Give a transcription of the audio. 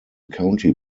county